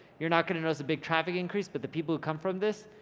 you're not going to notice a big traffic increase but the people who come from this,